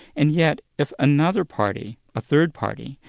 and yet if another party, a third party,